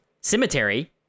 cemetery